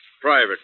Private